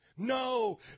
No